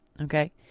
okay